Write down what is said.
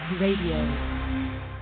radio